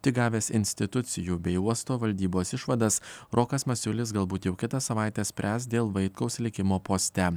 tik gavęs institucijų bei uosto valdybos išvadas rokas masiulis galbūt jau kitą savaitę spręs dėl vaitkaus likimo poste